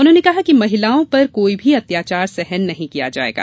उन्होंने कहा कि महिलाओं पर कोई भी अत्याचार सहन नहीं किया जाएगा